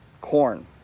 corn